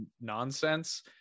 nonsense